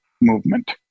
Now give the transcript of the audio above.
movement